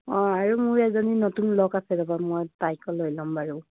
অঁ আৰু মোৰ এজনী নতুন লগ আছে ৰ'বা মই তাইকো লৈ ল'ম বাৰু